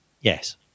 Yes